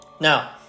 now